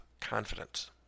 confidence